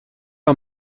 are